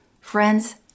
Friends